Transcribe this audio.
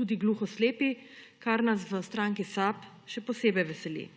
tudi gluhoslepi, kar nas v stranki SAB še posebej veseli.